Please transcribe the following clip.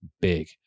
big